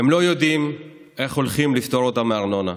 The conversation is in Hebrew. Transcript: הם לא יודעים איך הולכים לפטור אותם מארנונה,